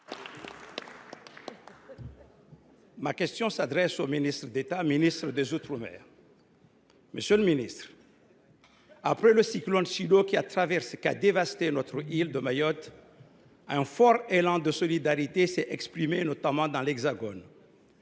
Ma question s’adresse à M. le ministre d’État, ministre des outre mer. Monsieur le ministre, après le cyclone Chido, qui a dévasté notre île de Mayotte, un fort élan de solidarité s’est manifesté, notamment dans l’Hexagone.